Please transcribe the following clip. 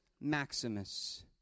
Maximus